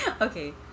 okay